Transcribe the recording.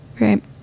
right